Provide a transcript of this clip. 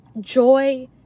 joy